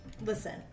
Listen